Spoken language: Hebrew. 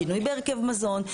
שינוי בהרכב מזון.